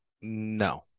no